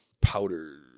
powder